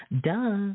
Duh